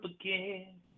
again